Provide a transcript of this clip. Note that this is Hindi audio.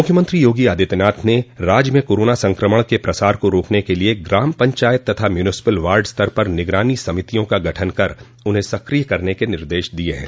मुख्यमंत्री योगी आदित्यनाथ ने राज्य में कोरोना संकमण के प्रसार को रोकन के लिए ग्राम पंचायत तथा म्यूनिस्पिल वार्ड स्तर पर निगरानी समितियों का गठन कर उन्हें सकिय करने के निर्देश दिये हैं